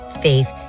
faith